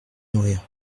nourrir